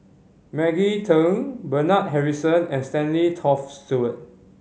Maggie Teng Bernard Harrison and Stanley Toft Stewart